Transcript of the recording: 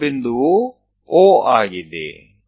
ಛೇಧಕ ಬಿಂದುವು O ಆಗಿದೆ